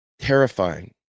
Terrifying